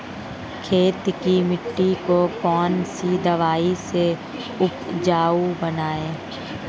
खेत की मिटी को कौन सी दवाई से उपजाऊ बनायें?